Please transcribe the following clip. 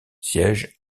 siège